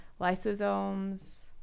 lysosomes